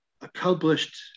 accomplished